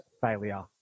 failure